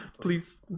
please